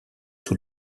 sous